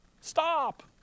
Stop